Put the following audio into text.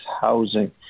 housing